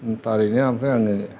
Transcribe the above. थारैनो ओमफ्राय आङो